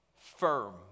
firm